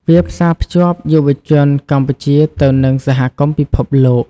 វាផ្សាភ្ជាប់យុវជនកម្ពុជាទៅនឹងសហគមន៍ពិភពលោក។